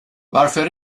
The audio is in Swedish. varför